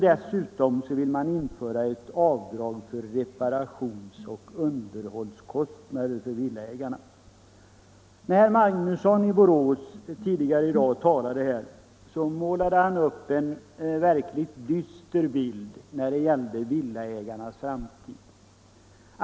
Dessutom vill de införa ett avdrag för reparations och underhållskostnader för villaägarna. När herr Magnusson i Borås talade tidigare i dag målade han upp en verkligt dyster bild av villaägarnas framtid.